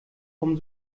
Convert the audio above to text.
vom